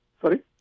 Sorry